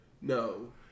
No